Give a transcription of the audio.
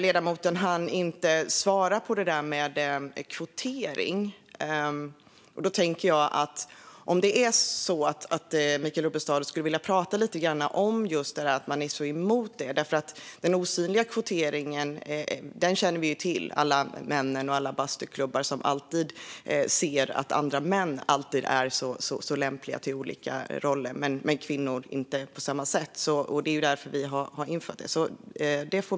Ledamoten hann inte svara på frågan om kvotering. Jag undrar om Michael Rubbestad skulle vilja prata lite grann om att man är så emot det. Den osynliga kvoteringen känner vi ju till - alla män i alla bastuklubbar som alltid ser alla män som lämpliga för olika roller, men inte kvinnor på samma sätt. Det är därför vi vill införa det.